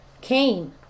came